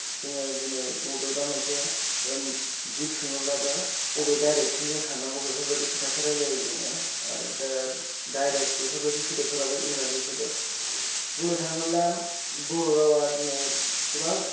जोङो दिनै मबेबा मोनसे दिग सोङोब्लाबो अबे दायरेक्सनजों थांनांगौ बेफोरबायदि खोथासो रायलायो जोङो आरो दा दायरेक्त बेफोरबायदि सोदोबफोराबो इंराजी सोदोब बुंनो थाङोब्ला बर' रावआ दिनै गोबां